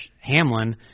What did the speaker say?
Hamlin